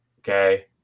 Okay